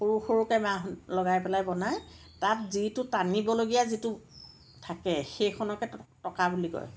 সৰু সৰুকে বাঁহ লগাই পেলাই বনাই তাত যিটো টানিবলগীয়া যিটো থাকে সেইখনকে ট টকা বুলি কয়